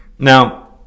Now